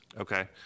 Okay